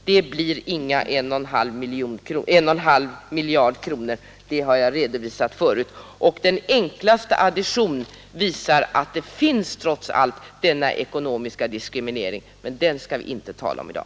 Det blir alltså inte fråga om 1,5 miljarder kronor — det har jag redovisat tidigare. Den enklaste addition ger sålunda vid handen att denna ekonomiska diskriminering trots allt finns, men det skall vi inte tala om i dag.